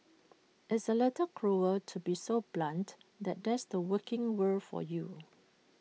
it's A little cruel to be so blunt but that's the working world for you